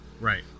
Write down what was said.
right